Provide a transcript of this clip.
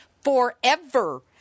forever